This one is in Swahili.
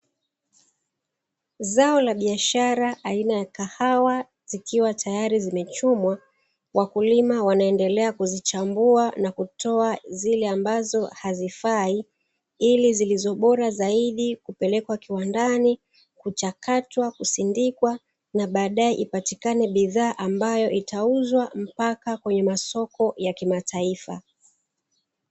Zao la biashara aina ya kahawa, zikiwa tayari zimechumwa, wakulima wanaendelea kuzichambua na kutoa zile ambazo hazifai ili zilizobora zaidi kupelekwa kiwandani kuchakatwa, kusindikwa na baadae ipatikane bidhaa ambayo itauzwa mpaka kwenye masoko ya kimataifa.